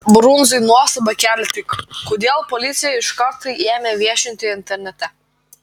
brundzai nuostabą kelia tik kodėl policija iškart tai ėmė viešinti internete